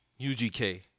UGK